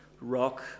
rock